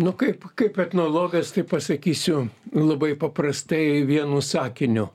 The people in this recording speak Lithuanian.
nu kaip kaip etnologas tai pasakysiu labai paprastai vienu sakiniu